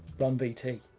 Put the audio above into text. run vt.